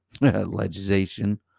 legislation